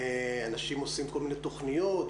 אנשים עושים כל מיני תוכניות,